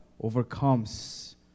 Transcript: overcomes